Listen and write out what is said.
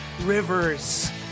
rivers